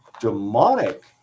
demonic